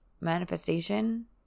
manifestation